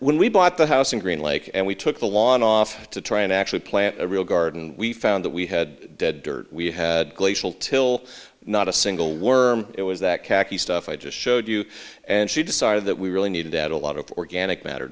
when we bought the house in green lake and we took the lawn off to try and actually plant a real garden we found that we had dead dirt we had glacial till not a single worm it was that khaki stuff i just showed you and she decided that we really needed to add a lot of organic matter